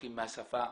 רחוקים מהשפה,